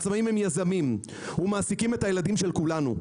העצמאים הם יזמים ומעסיקים את הילדים של כולנו.